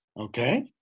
Okay